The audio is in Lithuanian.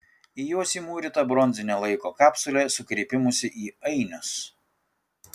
į juos įmūryta bronzinė laiko kapsulė su kreipimusi į ainius